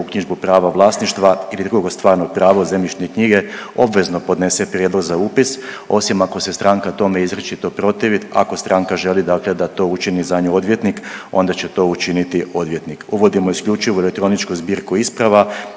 uknjižbu prava vlasništva ili drugo stvarno pravo zemljišne knjige obvezno podnese prijedlog za upis, osim ako se stranka tome izričito protivi, ako stranka želi dakle da to učiniti za nju odvjetnik, onda će to učiniti odvjetnik. Uvodimo isključivo elektroničku zbirku isprava